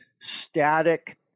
static